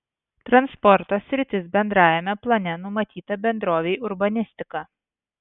transporto sritis bendrajame plane numatyta bendrovei urbanistika